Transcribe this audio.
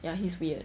ya he's weird